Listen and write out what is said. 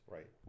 Right